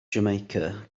jamaica